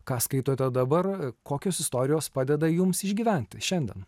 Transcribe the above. ką skaitote dabar kokios istorijos padeda jums išgyventi šiandien